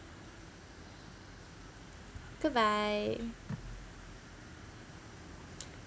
goodbye